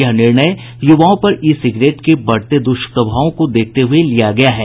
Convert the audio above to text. यह निर्णय युवाओं पर ई सिगरेट के बढ़ते दुष्प्रभावों को देखते हुए लिया गया है